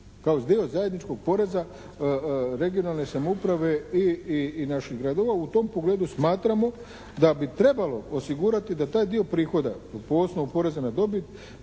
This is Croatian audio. Kao dio zajedničkog poreza regionalne samouprave i naših gradova. U tom pogledu smatramo da bi trebalo osigurati da taj dio prihoda …/Govornik